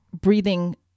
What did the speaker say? breathing